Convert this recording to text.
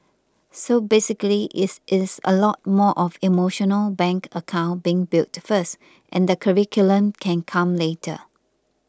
so basically it is a lot more of emotional bank account being built first and the curriculum can come later